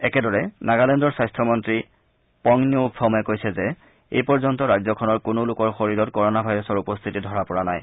একেদৰে নাগালেণ্ডৰ স্বাস্থ্য মন্ত্ৰী পংন্যউ ফোমে কৈছে যে এই পৰ্যন্ত ৰাজ্যখনৰ কোনো লোকৰ শৰীৰত কোৰোনা ভাইৰাছৰ উপস্থিতি ধৰা পৰা নাই